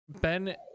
ben